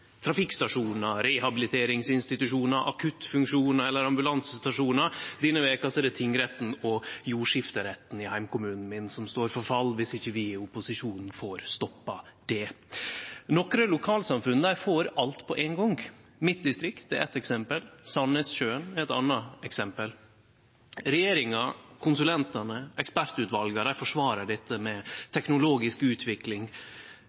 trafikkstasjonar, rehabiliteringsinstitusjonar, akuttfunksjonar eller ambulansestasjonar. Denne veka er det tingretten og jordskifteretten i heimkommunen min som står for fall, viss ikkje vi i opposisjonen får stoppa det. Nokre lokalsamfunn får alt på ein gong. Mitt distrikt er eitt eksempel, Sandnessjøen er eit anna eksempel. Regjeringa, konsulentane og ekspertutvala forsvarar dette med teknologisk utvikling,